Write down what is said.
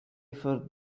for